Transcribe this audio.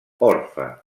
orfe